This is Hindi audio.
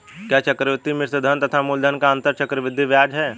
क्या चक्रवर्ती मिश्रधन तथा मूलधन का अंतर चक्रवृद्धि ब्याज है?